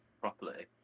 properly